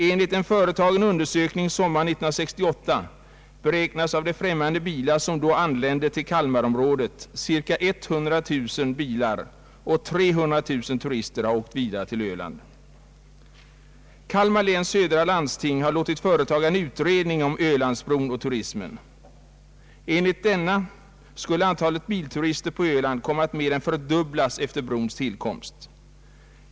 Enligt en företagen undersökning sommaren 1968 beräknas av de främmande bilar som då anlände till Kalmarområdet cirka 100 000 bilar och 300 000 turister ha åkt vidare till Öland. Kalmar läns södra landsting har låtit företa en utredning om Ölandsbron och turismen. Enligt denna skulle antalet bilturister på öland komma att mer än fördubblas efter brons tillkomst.